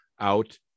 out